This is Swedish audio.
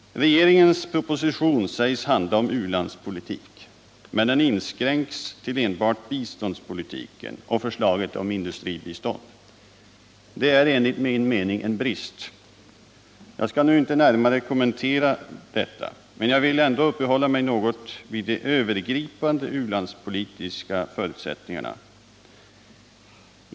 Regeringens proposition sägs handla om ulandspolitik, men den inskränks till enbart biståndspolitik och förslaget om industribistånd. Det är enligt min mening en brist. Jag skall inte närmare kommentera förslaget, men jag vill ändå uppehålla mig något vid den övergripande u-landspolitikens förutsättningar.